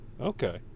Okay